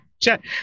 check